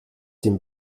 dem